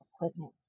equipment